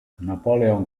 napoleon